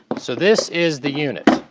so this is the unit,